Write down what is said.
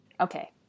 Okay